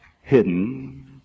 hidden